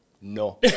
No